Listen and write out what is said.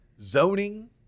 zoning